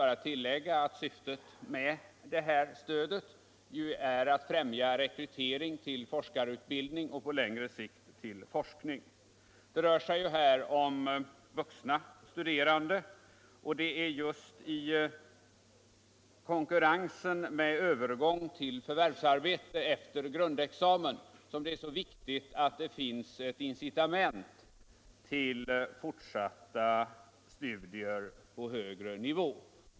bara tillägga att syftet med stödet ju är att främja rekryteringen till forskarutbildning och på längre sikt till forskning. Det rör sig om vuxna studerande, personer som är 25 år eller äldre, och det är just i konkurrensen med övergång till förvärvsarbete efter grundexamen som det är så viktigt att det finns ett incitament till fortsatta studier på högre nivå.